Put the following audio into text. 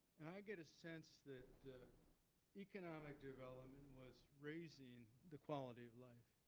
and i get a sense that the economic development was raising the quality of life.